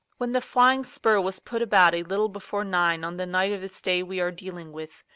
when the flying spur was put about a little before nine on the night of this day we are dealing with,